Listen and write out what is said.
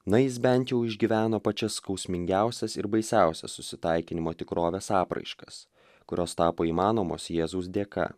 na jis bent jau išgyveno pačias skausmingiausias ir baisiausias susitaikinimo tikrovės apraiškas kurios tapo įmanomos jėzaus dėka